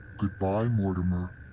goodbye, mortimer.